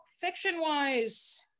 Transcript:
fiction-wise